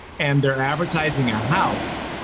and they're advertising a house,